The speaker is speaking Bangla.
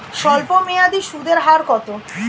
স্বল্পমেয়াদী সুদের হার কত?